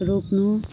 रोक्नु